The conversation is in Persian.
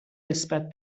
نسبت